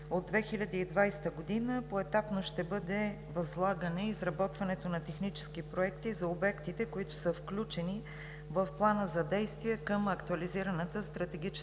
от 2020 г. поетапно ще бъде възлагането и изработването на технически проекти за обектите, които са включени в плана за действие към актуализираната стратегическа